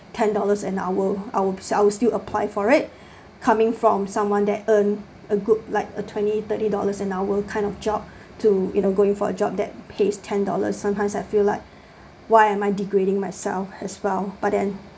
ten dollars an hour I'll I'll still apply for it coming from someone that earn a good like a twenty thirty dollars an hour kind of job to you know going for a job that pays ten dollars sometimes I feel like why am I degrading myself as well but then